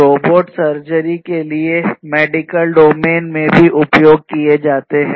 robot surgery के लिए medical domain में भी उपयोग किए जाते हैं